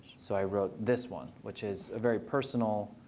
so i wrote this one, which is a very personal,